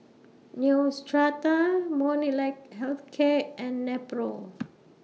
Neostrata Molnylcke Health Care and Nepro